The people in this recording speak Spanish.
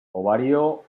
ovario